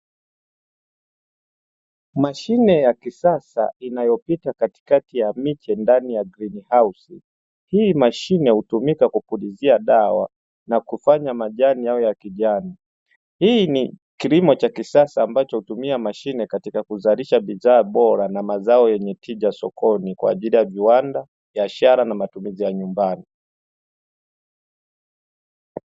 Mashine ya kisasa inayopita katikati ya miche ndani ya "greenhouse" hii mashine hutumika kwa kupulizia dawa na kufanya majani yao ya kijani, hii ni kilimo cha kisasa ambacho hutumia mashine katika kuzalisha bidhaa bora na mazao yenye tija sokoni kwa ajili ya viwanda, biashara na matumizi ya nyumbani.